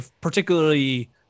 particularly